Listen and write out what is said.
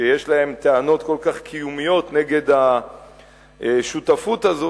שיש להם טענות כל כך קיומיות נגד השותפות הזאת,